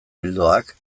ildoak